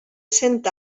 cent